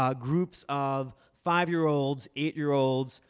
um groups of five year olds, eight year olds,